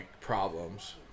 problems